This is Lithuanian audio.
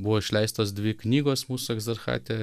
buvo išleistos dvi knygos mūsų egzarchate